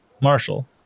Marshall